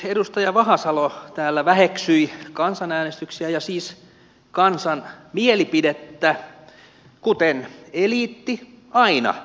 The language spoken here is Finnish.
edustaja vahasalo täällä väheksyi kansanäänestyksiä ja siis kansan mielipidettä kuten eliitti aina tekee